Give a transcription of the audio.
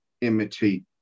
imitate